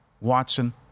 Watson